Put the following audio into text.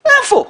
איפה?